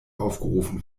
aufgerufen